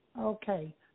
Okay